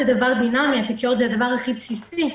היא דבר דינמי והתקשורת היא הדבר הכי בסיסי.